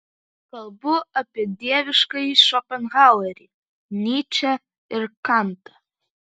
kalbu apie dieviškąjį šopenhauerį nyčę ir kantą